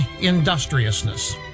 industriousness